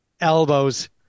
elbows